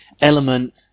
element